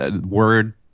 word